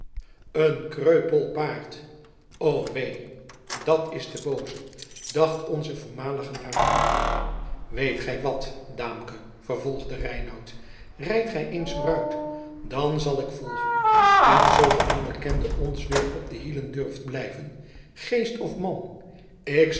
een kreupele hit